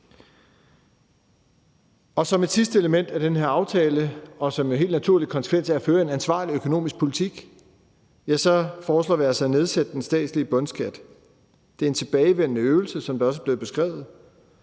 Som et sidste element af den her aftale og som en helt naturlig konsekvens af at føre en ansvarlig økonomisk politik foreslår vi altså at nedsætte den statslige bundskat. Det er en tilbagevendende øvelse, som det også er blevet beskrevet,